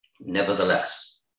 nevertheless